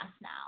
now